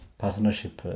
partnership